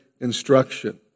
instruction